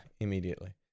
Immediately